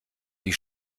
die